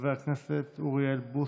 חבר הכנסת אוריאל בוסו.